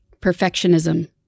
Perfectionism